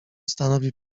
stanowi